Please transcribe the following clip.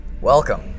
Welcome